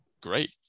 Great